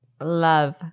love